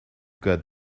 got